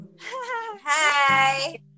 Hi